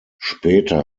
später